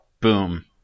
Boom